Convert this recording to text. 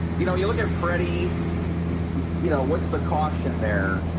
you know you look at freddy you know, what's the caution there?